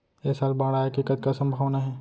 ऐ साल बाढ़ आय के कतका संभावना हे?